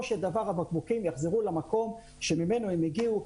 של דבר הבקבוקים יחזרו למקום שממנו הם הגיעו,